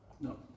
no